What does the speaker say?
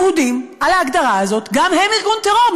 יהודיים, על ההגדרה הזאת, גם הם ארגון טרור.